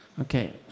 Okay